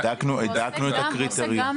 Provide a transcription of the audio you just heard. הידקנו את הקריטריונים.